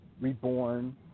reborn